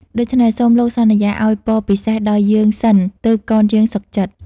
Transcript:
ដូច្នេះ សូមលោកសន្យាឱ្យពរពិសេសដល់យើងសិនទើបកនយើងសុខចិត្ត។